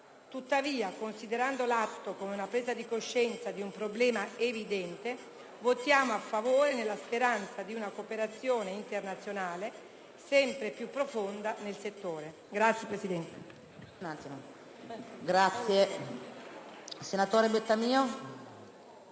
Tuttavia, considerando l'atto come la presa di coscienza di un problema evidente, voteremo a favore nella speranza di una cooperazione internazionale sempre più profonda nel settore. *(Applausi dei